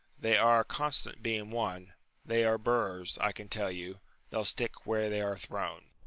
they are constant being won they are burs, i can tell you they'll stick where they are thrown.